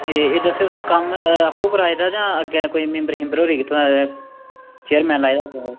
एह् एह् दस्सेओ तुसें कम्म आपूं कराेआए दा जां अग्गें कोई मिंबर शिंबर होरें कीते दा चेयरमैन लाए दा अग्गों दा